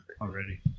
already